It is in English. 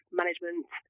management